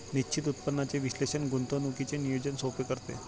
निश्चित उत्पन्नाचे विश्लेषण गुंतवणुकीचे नियोजन सोपे करते